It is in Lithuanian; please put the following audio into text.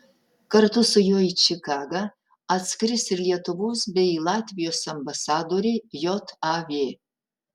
kartu su juo į čikagą atskris ir lietuvos bei latvijos ambasadoriai jav